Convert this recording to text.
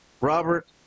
Robert